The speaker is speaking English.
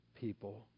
people